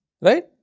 Right